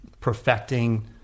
perfecting